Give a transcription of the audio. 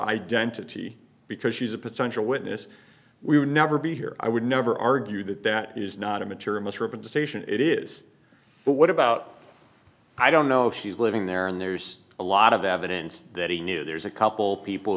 identity because she's a potential witness we would never be here i would never argue that that is not a material misrepresentation it is but what about i don't know if she's living there and there's a lot of evidence that he knew there's a couple people